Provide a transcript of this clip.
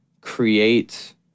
create